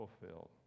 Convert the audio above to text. fulfilled